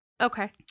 Okay